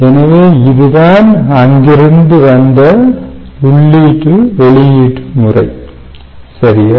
எனவே இதுதான் அங்கிருந்து வந்த உள்ளீட்டு வெளியீட்டு முறை சரியா